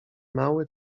mały